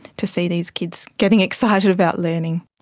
to see these kids getting excited about learning.